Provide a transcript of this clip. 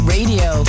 Radio